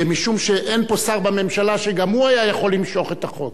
משום שאין פה שר בממשלה שגם הוא היה יכול למשוך את החוק.